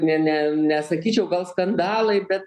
ne ne nesakyčiau gal skandalai bet